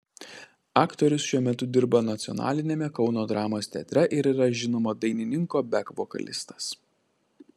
aktorius šiuo metu dirba nacionaliniame kauno dramos teatre ir yra žinomo dainininko bek vokalistas